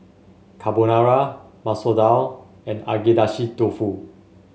Carbonara Masoor Dal and Agedashi Dofu